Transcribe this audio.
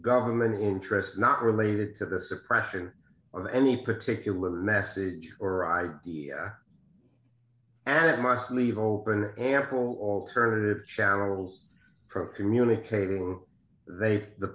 government interest not related to the suppression of any particular message or the and it must leave open ample alternative channels for communicating they the